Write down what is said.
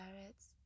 carrots